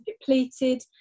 depleted